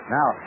Now